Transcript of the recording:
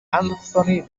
anthony